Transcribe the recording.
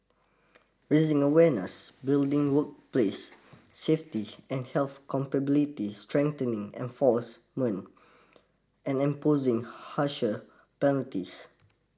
raising awareness building workplace safety and health capability strengthening enforcement and imposing harsher penalties